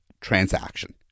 transaction